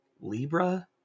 libra